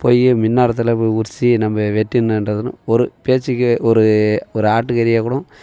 போய் மின்னேரத்தில் போய் உறிச்சி நம்ம வெட்டிணுன்றதுனு ஒரு பேச்சுக்கு ஒரு ஒரு ஆட்டுக்கறியே கூட